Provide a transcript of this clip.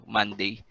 Monday